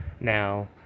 now